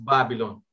Babylon